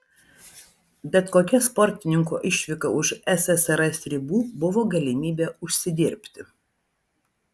bet kokia sportininko išvyka už ssrs ribų buvo galimybė užsidirbti